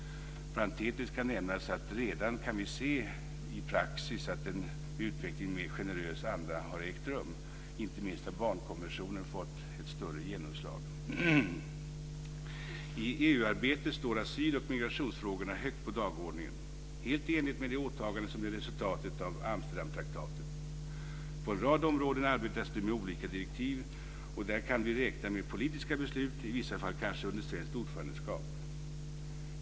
Parentetiskt kan nämnas att vi redan kan se i praxis att en utveckling i mer generös anda har ägt rum. Inte minst har barnkonventionen fått större genomslag. I EU-arbetet står asyl och migrationsfrågorna högt på dagordningen - helt i enlighet med det åtagande som blev resultatet av Amsterdamtraktaten. På en rad områden arbetas det med olika direktiv. Där kan vi räkna med politiska beslut, i vissa fall kanske under svenskt ordförandeskap.